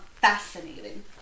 fascinating